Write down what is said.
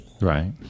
Right